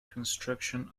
construction